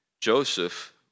Joseph